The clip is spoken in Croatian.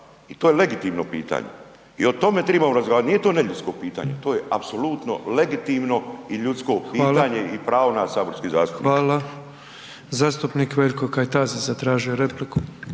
i to je legitimno pitanje. I o tome trebamo razgovarati, nije to neljudsko pitanje, to je apsolutno legitimno i ljudsko pitanje i pravo nas saborskih zastupnika. **Petrov, Božo (MOST)** Hvala. Zastupnik Veljko Kajtazi zatražio je repliku.